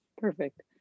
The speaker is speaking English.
Perfect